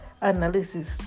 analysis